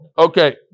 Okay